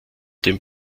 dem